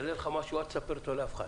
משהו, אל תספר לאף אחד.